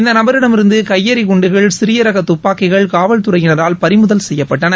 இந்த நபரிட்மிருந்து கையெறி குண்டுகள் சிறியரக துப்பாக்கிகள் காவல்துறையினரால் பறிமுதல் செய்யப்பட்டன